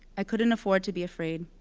i couldn't afford to be afraid.